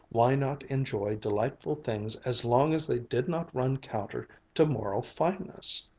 why not enjoy delightful things as long as they did not run counter to moral fineness!